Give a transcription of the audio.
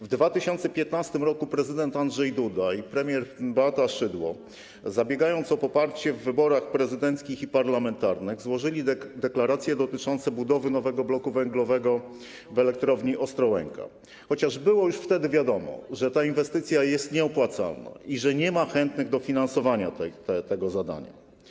W 2015 r. prezydent Andrzej Duda i premier Beata Szydło, zabiegając o poparcie w wyborach prezydenckich i parlamentarnych, złożyli deklaracje dotyczące budowy nowego bloku węglowego w Elektrowni Ostrołęka, chociaż już wtedy było wiadomo, że ta inwestycja jest nieopłacalna i że nie ma chętnych do finansowania tego zadania.